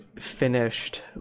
finished